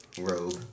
robe